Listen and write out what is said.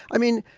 i mean,